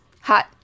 Hot